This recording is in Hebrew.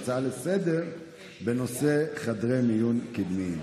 ההצעה לסדר-היום בנושא חדרי מיון קדמיים.